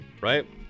right